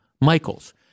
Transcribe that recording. Michael's